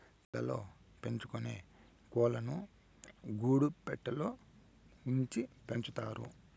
ఇళ్ళ ల్లో పెంచుకొనే కోళ్ళను గూడు పెట్టలో ఉంచి పెంచుతారు